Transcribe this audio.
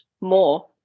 more